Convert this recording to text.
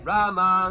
Rama